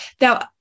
now